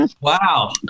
Wow